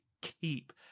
keep